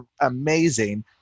amazing